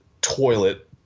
toilet